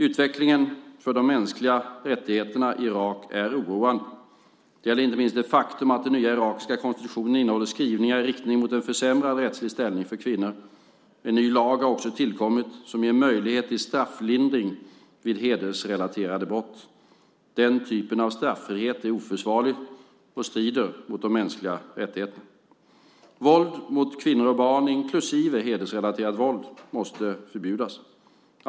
Utvecklingen för de mänskliga rättigheterna i Irak är oroande. Detta gäller inte minst det faktum att den nya irakiska konstitutionen innehåller skrivningar i riktning mot en försämrad rättslig ställning för kvinnor. En ny lag har också tillkommit som ger möjlighet till strafflindring vid hedersrelaterade brott. Den typen av straffrihet är oförsvarlig och strider mot de mänskliga rättigheterna. Våld mot kvinnor och barn, inklusive hedersrelaterat våld, måste förbjudas.